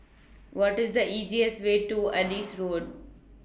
What IS The easiest Way to Adis Road